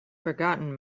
forgotten